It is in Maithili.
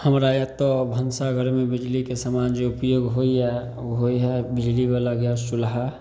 हमरा एतऽ भनसाघरमे बिजलीके समान जे उपयोग होइए होइ हइ बिजलीवला गैस चुल्हा